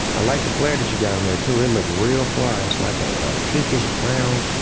i like the flanders you got on there, too. it look real fly, it's like a pinkish-brown,